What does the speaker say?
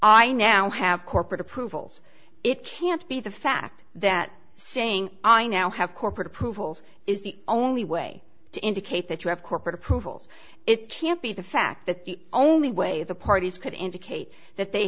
i now have corporate approvals it can't be the fact that saying i now have corporate approvals is the only way to indicate that you have corporate approvals it can't be the fact that the only way the parties could indicate that they